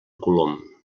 colom